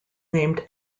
named